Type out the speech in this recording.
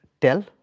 tell